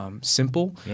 Simple